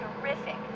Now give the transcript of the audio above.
terrific